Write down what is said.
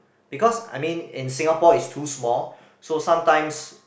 because I mean in Singapore is too small so sometimes